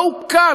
לא הוכר,